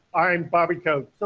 i'm bobby coats,